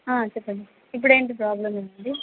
చెప్పండి ఇప్పుడు ఏంటి ప్రాబ్లమ్ ఏముంది